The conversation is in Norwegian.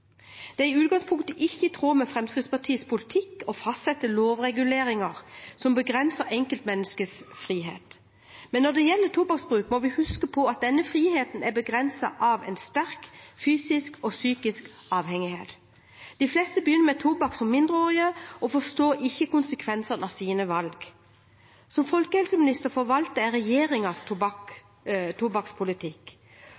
Det er i utgangspunktet ikke i tråd med Fremskrittspartiets politikk å fastsette lovreguleringer som begrenser enkeltmenneskers frihet, men når det gjelder tobakksbruk, må vi huske på at denne friheten er begrenset av en sterk fysisk og psykisk avhengighet. De fleste begynner med tobakk som mindreårige og forstår ikke konsekvensene av sine valg. Som folkehelseminister forvalter